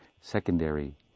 secondary